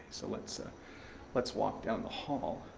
so let's ah let's walk down the hall,